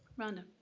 rhonda